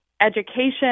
education